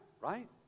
right